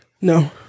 No